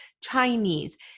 Chinese